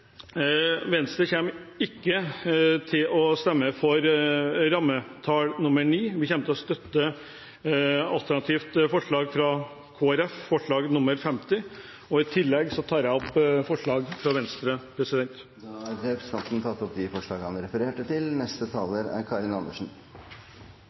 Venstre kommer ikke til å stemme for forslag til vedtak IX. Vi kommer til å støtte alternativt forslag fra Kristelig Folkeparti, forslag nr. 50. I tillegg tar jeg opp forslag fra Venstre og SV. Representanten André N. Skjelstad har tatt opp de forslag han refererte til.